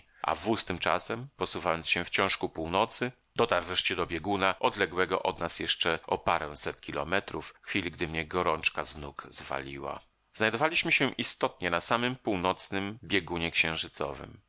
a wóz tymczasem posuwając się wciąż ku północy dotarł wreszcie do bieguna odległego od nas jeszcze o paręset kilometrów w chwili gdy mnie gorączka z nóg zwaliła znajdowaliśmy się istotnie na samym północnym biegunie